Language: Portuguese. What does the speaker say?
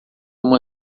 uma